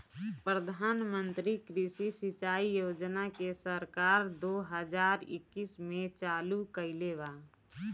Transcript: प्रधानमंत्री कृषि सिंचाई योजना के सरकार दो हज़ार इक्कीस में चालु कईले बा